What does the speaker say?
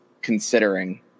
considering